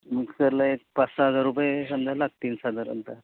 मिक्सरला एक पाच सहा हजार रुपये समजा लागतील साधारणतः